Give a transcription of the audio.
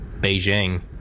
Beijing